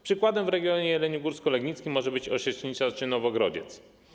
Przykładem w regionie jeleniogórsko-legnickim mogą być Osiecznica czy Nowogrodziec.